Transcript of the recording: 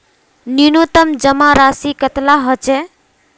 न्यूनतम जमा राशि कतेला होचे?